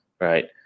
right